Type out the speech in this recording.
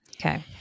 Okay